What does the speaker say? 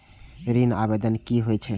ऋण आवेदन की होय छै?